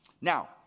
Now